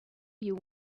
you